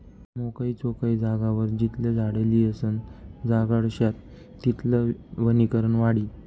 मोकयी चोकयी जागावर जितला झाडे लायीसन जगाडश्यात तितलं वनीकरण वाढी